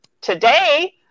today